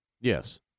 Yes